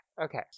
Okay